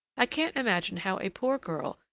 i can't imagine how a poor girl,